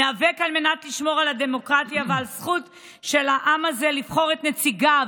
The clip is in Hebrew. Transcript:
ניאבק על מנת לשמור על הדמוקרטיה ועל הזכות של העם הזה לבחור את נציגיו,